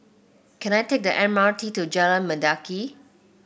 can I take the M R T to Jalan Mendaki